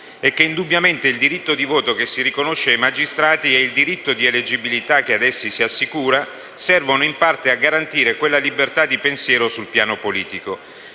Indubbiamente il diritto di voto che si riconosce ai magistrati e il diritto di eleggibilità che ad essi si assicura, servono in parte a garantire questa libertà di pensiero sul piano politico.